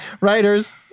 Writers